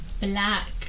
black